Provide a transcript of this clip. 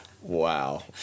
Wow